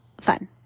fun